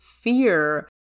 fear